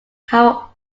how